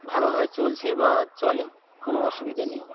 ভালো ভাবে চলছে বা চলে কোনো অসুবিধা নেই